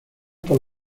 por